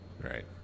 right